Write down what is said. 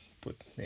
put